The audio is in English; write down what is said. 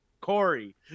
Corey